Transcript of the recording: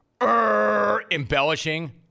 embellishing